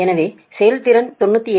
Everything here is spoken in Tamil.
எனவே செயல்திறன் 97